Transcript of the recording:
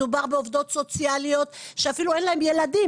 מדובר בעובדות סוציאליות שאפילו אין להם ילדים,